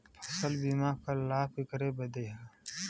फसल बीमा क लाभ केकरे बदे ह?